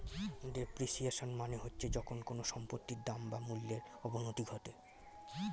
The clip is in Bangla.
ডেপ্রিসিয়েশন মানে হচ্ছে যখন কোনো সম্পত্তির দাম বা মূল্যর অবনতি ঘটে